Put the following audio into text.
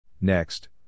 Next